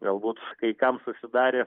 galbūt kai kam susidarė